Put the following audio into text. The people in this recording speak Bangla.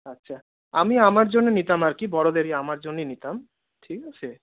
আচ্ছা আমি আমার জন্য নিতাম আর কি বড়োদেরই আমার জন্যেই নিতাম ঠিক আছে